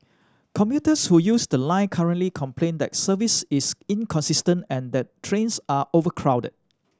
commuters who use the line currently complain that service is inconsistent and that trains are overcrowded